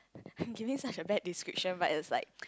I'm giving such a bad description but it's like